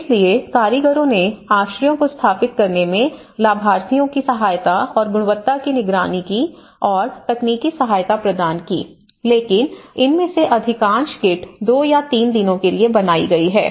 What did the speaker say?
इसलिए कारीगरों ने आश्रयों को स्थापित करने में लाभार्थियों की सहायता और गुणवत्ता की निगरानी की और तकनीकी सहायता प्रदान की लेकिन इनमें से अधिकांश किट 2 या 3 दिनों के लिए बनाई गई हैं